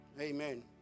amen